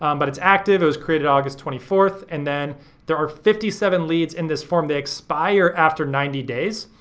um but it's active. it was created august twenty fourth and then there are fifty seven leads in this form. they expire after ninety days.